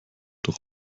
doch